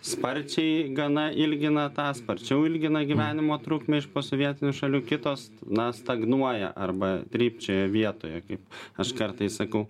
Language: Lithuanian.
sparčiai gana ilgina tą sparčiau ilgina gyvenimo trukmę iš posovietinių šalių kitos na stagnuoja arba trypčioja vietoje kaip aš kartais sakau